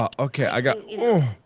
ah okay i got. oh.